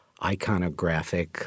iconographic